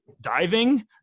diving